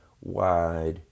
Wide